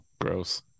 gross